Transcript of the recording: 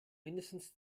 mindestens